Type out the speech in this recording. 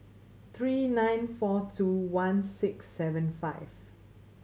three nine four two one six seven five